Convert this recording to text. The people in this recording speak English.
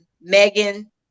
Megan